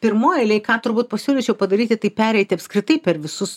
pirmoj eilėj ką turbūt pasiūlyčiau padaryti tai pereiti apskritai per visus